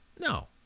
No